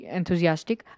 enthusiastic